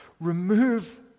Remove